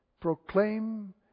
proclaim